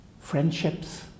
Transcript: friendships